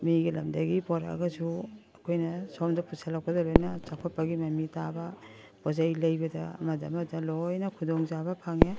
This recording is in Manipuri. ꯃꯤꯒꯤ ꯂꯝꯗꯒꯤ ꯄꯣꯔꯛꯑꯒꯁꯨ ꯑꯩꯈꯣꯏꯅ ꯁꯣꯝꯗ ꯄꯨꯁꯜꯂꯛꯄꯗ ꯂꯣꯏꯅ ꯆꯥꯎꯈꯠꯄꯒꯤ ꯃꯃꯤ ꯇꯥꯕ ꯄꯣꯠ ꯆꯩ ꯂꯩꯕꯗ ꯑꯃꯗ ꯑꯃꯗ ꯂꯣꯏꯅ ꯈꯨꯗꯣꯡ ꯆꯥꯕ ꯐꯪꯉꯦ